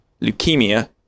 leukemia